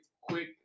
Quick